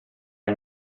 are